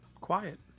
quiet